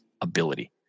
ability